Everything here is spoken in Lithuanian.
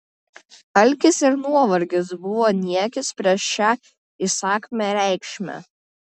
alkis ir nuovargis buvo niekis prieš šią įsakmią reikmę